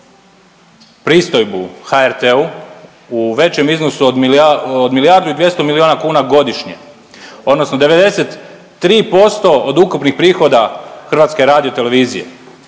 pristojbu HRT-u u većem iznosu od milijardu i 200 milijuna kuna godišnje odnosno 93% od ukupnih prihoda HRT-a, a što dobivaju